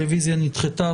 הרביזיה נדחתה.